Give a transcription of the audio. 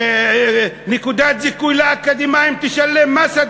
נקודת זיכוי לאקדמאים תשלם מס,